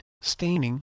staining